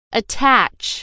attach